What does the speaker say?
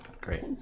Great